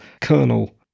Colonel